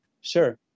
Sure